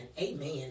Amen